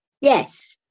Yes